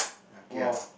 lucky ah